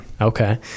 Okay